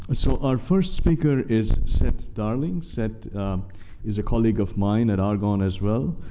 ah so our first speaker is seth darling. seth is a colleague of mine at argonne as well.